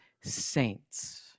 saints